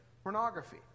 pornography